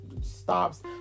stops